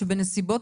שבנסיבות